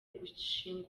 gushinga